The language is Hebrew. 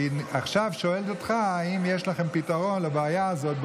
עכשיו היא שואלת אותך: האם יש לכם פתרון לבעיה הזאת?